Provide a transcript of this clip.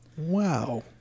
Wow